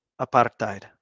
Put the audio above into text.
apartheid